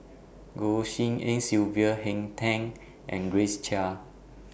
Goh Tshin En Sylvia Henn Tan and Grace Chia